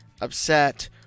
upset